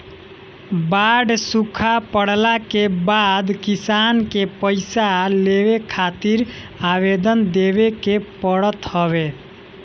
बाढ़ सुखा पड़ला के बाद किसान के पईसा लेवे खातिर आवेदन देवे के पड़त हवे